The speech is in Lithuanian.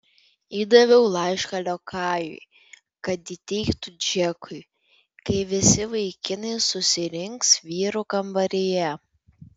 įdaviau laišką liokajui kad įteiktų džekui kai visi vaikinai susirinks vyrų kambaryje